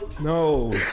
no